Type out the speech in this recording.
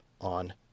on